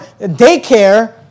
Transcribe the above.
daycare